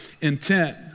intent